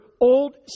old